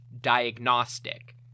diagnostic